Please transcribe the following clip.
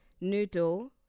Noodle